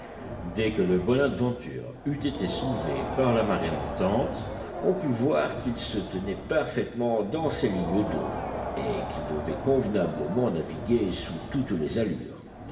dès que le bonadventure eut été soulevé par la marée montante on put voir qu'il se tenait parfaitement dans ses lignes d'eau et qu'il devait convenablement naviguer sous toutes les allures